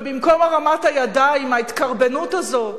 ובמקום הרמת הידיים, ההתקרבנות הזאת